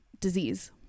disease